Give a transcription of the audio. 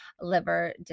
liver